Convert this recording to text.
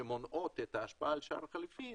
שמונעות את ההשפעה על שער החליפין,